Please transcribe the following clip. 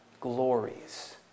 Glories